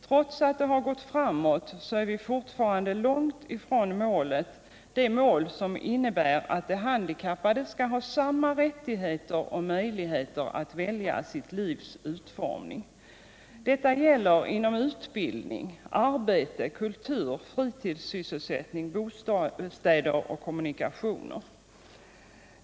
Trots att det har gått framåt är vi fortfarande långt från målet, som innebär att de handikappade skall ha samma rättigheter och möjligheter att välja sitt livs utformning. Detta gäller inom utbildning, arbete, kultur, fritidssysselsättning, bostäder och kommunikationer.